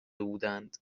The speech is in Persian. بودند